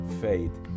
faith